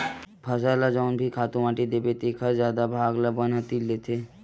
फसल ल जउन भी खातू माटी देबे तेखर जादा भाग ल बन ह तीर लेथे